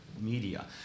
media